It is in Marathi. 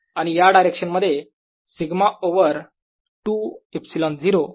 आणि या डायरेक्शन मध्ये σ ओवर 2 ε0